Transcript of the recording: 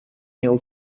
hill